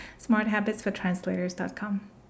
smarthabitsfortranslators.com